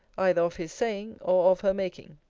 either of his saying, or of her making.